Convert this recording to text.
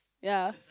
ya